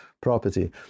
property